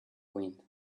wind